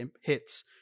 hits